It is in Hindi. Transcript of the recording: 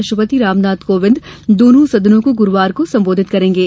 राष्ट्रपति रामनाथ कोविंद दोनों सदनों को गुरुवार को संबोधित करेंगे